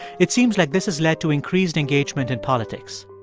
it seems like this has led to increased engagement in politics,